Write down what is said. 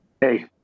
hey